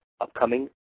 upcoming